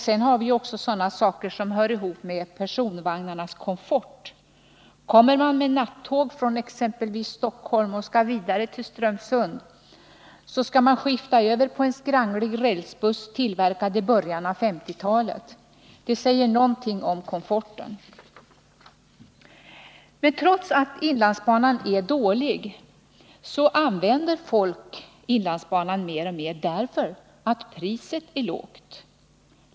Sedan har vi också sådana saker, som hör ihop med personvagnarnas komfort. Kommer man med nattåg från exempelvis Stockholm och skall till Strömsund, skall man skifta över på en skranglig rälsbuss tillverkad i början på 1950-talet. Det säger något om komforten. Trots att inlandsbanan är dålig använder folk den banan mer och mer därför att priset är lågt.